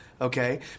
Okay